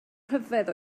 ryfedd